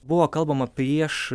buvo kalbama prieš